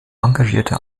engagierte